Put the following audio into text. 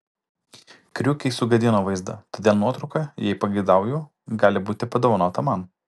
kriukiai sugadino vaizdą todėl nuotrauka jei pageidauju gali būti padovanota man